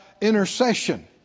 intercession